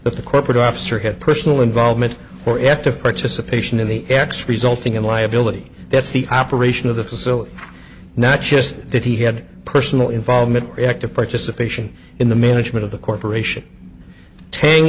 that the corporate officer had personal involvement or active participation in the x resulting in liability that's the operation of the facility not just that he had personal involvement or active participation in the management of the corporation tang